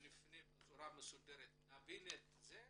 נפנה בצורה מסודרת ונבין את זה,